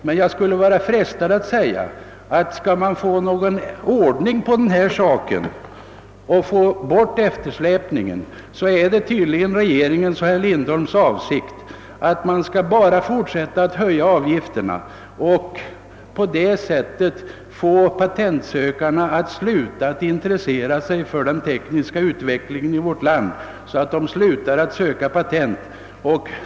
Men jag frestas säga att det tydligen är regeringens och herr Lindholms mening att man för att få hort eftersläpningen bara skall fortsätta att höja avgifterna och på det sättet få dem som söker patent att sluta upp med att intressera sig för den tekniska utvecklingen i vårt land och inte längre söka patent.